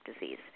disease